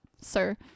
sir